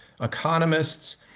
economists